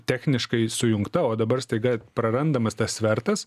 techniškai sujungta o dabar staiga prarandamas tas svertas